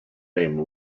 name